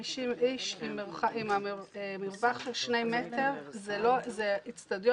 50 איש עם מרווח של שני מטר זה אצטדיון.